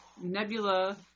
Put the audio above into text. Nebula